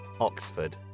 Oxford